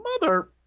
mother